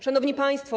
Szanowni Państwo!